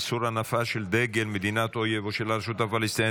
איסור הנפה דגל של מדינת אויב או של הרשות הפלסטינית